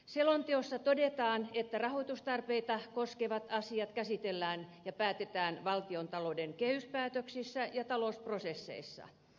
selonteossa todetaan että rahoitustarpeita koskevat asiat käsitellään ja päätetään valtiontalouden kehyspäätöksissä ja talousprosesseissa